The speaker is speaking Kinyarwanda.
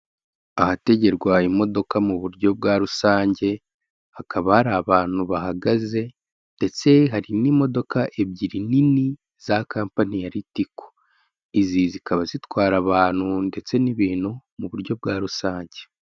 Ahategerwa imodoka mu buryo bwa rusange hakaba hari abantu bahagaze ndetse hari n'imodoka ebyiri nini za kampani ya ritiko, izi zikaba zitwara abantu ndetse n'ibintu mu buryo bwa rusange.